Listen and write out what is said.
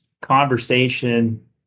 conversation